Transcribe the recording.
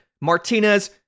Martinez